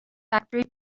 factory